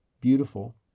Beautiful